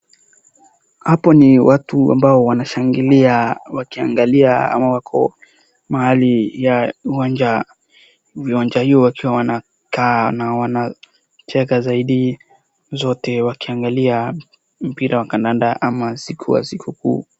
Hapa ni watu wamabao wanashangilia wakiangalia ama wako mahali ya uwanja. Uwanja hiyo wakiwa wanakaa na wanacheka zaidi zote wakiangalia mpira wa kandanda ama siku ya sikukuu.